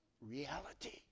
reality